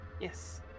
yes